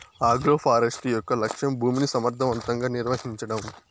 agroforestry యొక్క లక్ష్యం భూమిని సమర్ధవంతంగా నిర్వహించడం